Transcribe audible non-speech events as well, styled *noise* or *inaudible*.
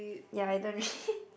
ya I don't really *breath*